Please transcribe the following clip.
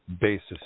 basis